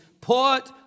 put